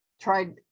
tried